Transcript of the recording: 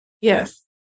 Yes